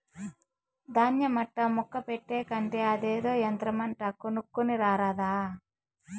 దాన్య మట్టా ముక్క పెట్టే కంటే అదేదో యంత్రమంట కొనుక్కోని రారాదా